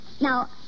Now